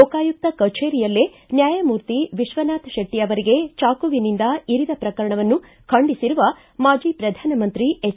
ಲೋಕಾಯುಕ್ತ ಕಚೇರಿಯಲ್ಲೇ ನ್ಯಾಯಮೂರ್ತಿ ವಿಶ್ವನಾಥ್ ಶೆಟ್ಷಿ ಅವರಿಗೆ ಚಾಕುವಿನಿಂದ ಇರಿದ ಪ್ರಕರಣವನ್ನು ಖಂಡಿಸಿರುವ ಮಾಟಿ ಪ್ರಧಾನಮಂತ್ರಿ ಹೆಚ್